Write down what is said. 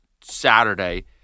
Saturday